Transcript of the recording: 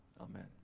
amen